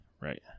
right